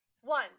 One